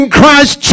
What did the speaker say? Christ